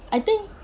I think